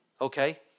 Okay